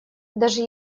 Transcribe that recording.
даже